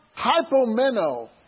hypomeno